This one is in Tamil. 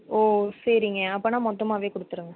ஓ சரிங்க அப்போன்னா மொத்தமாக கொடுத்துருங்க